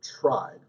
tried